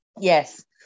Yes